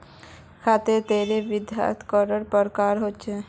खेत तेर विधि कैडा प्रकारेर होचे?